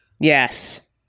Yes